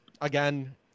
Again